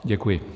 Děkuji.